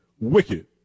wicked